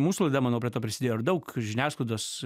mūsų laida manau prie to prisidėjo ir daug žiniasklaidos